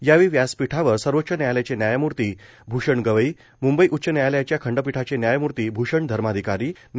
यावेळी व्यासपीठावर सर्वोच्च न्यायालयाचे न्यायमूर्ती भूषण गवई म्ंबई उच्च न्यायालयाच्या खंडपीठाचे न्यायमूर्ती भूषण धर्माधिकारी न्या